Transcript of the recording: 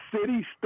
city